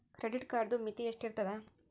Credit ಕಾರ್ಡದು ಮಿತಿ ಎಷ್ಟ ಇರ್ತದ?